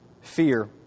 fear